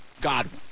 Godwin